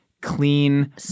clean